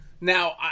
Now